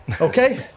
okay